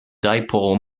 dipole